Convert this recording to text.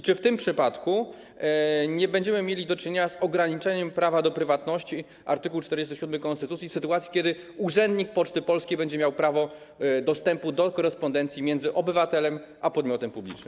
Czy w tym przypadku nie będziemy mieli do czynienia z ograniczeniem prawa do prywatności, art. 47 konstytucji, w sytuacji kiedy urzędnik Poczty Polskiej będzie miał prawo dostępu do korespondencji między obywatelem a podmiotem publicznym?